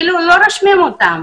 אפילו לא רושמים אותם.